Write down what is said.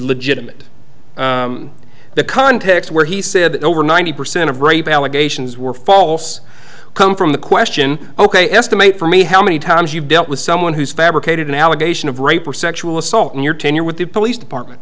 legitimate the context where he said that over ninety percent of rape allegations were false come from the question ok estimate for me how many times you've dealt with someone who's fabricated an allegation of rape or sexual assault in your tenure with the police department